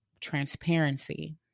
Transparency